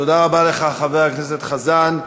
תודה רבה לך, חבר הכנסת חזן.